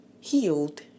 healed